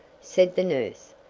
said the nurse.